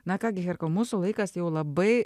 na ką gi herkau mūsų laikas jau labai